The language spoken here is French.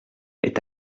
est